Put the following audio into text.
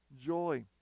joy